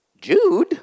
Jude